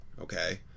okay